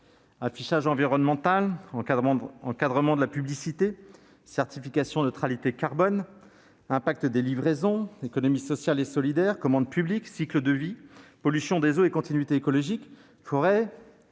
affichage environnemental, encadrement de la publicité, certification de la neutralité carbone, impact des livraisons, économie sociale et solidaire, commande publique, cycle de vie, pollution des eaux et continuité écologique, forêt,